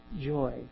joy